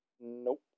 Nope